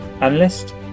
analyst